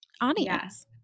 audience